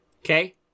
Okay